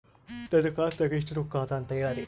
ನನ್ನ ಖಾತಾದಾಗ ಎಷ್ಟ ರೊಕ್ಕ ಅದ ಅಂತ ಹೇಳರಿ?